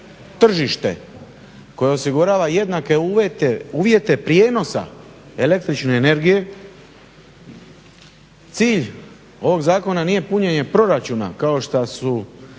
koji osigurava jednake uvjete prijenosa električne energije. Cilj ovog zakona nije punjenje proračuna kao što su